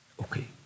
Okay